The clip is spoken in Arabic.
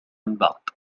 بعد